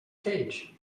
cage